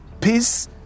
Peace